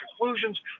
conclusions